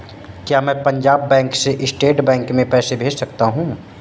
क्या मैं पंजाब बैंक से स्टेट बैंक में पैसे भेज सकता हूँ?